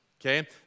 okay